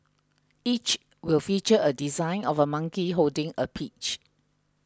each will feature a design of a monkey holding a peach